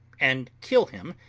and kill him,